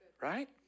right